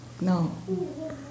No